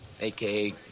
AKA